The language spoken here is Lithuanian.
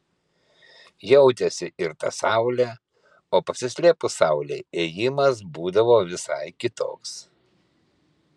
jautėsi ir ta saulė o pasislėpus saulei ėjimas būdavo visai kitoks